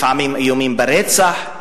לפעמים איומים ברצח,